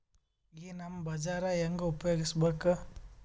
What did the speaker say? ಈ ನಮ್ ಬಜಾರ ಹೆಂಗ ಉಪಯೋಗಿಸಬೇಕು?